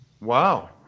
Wow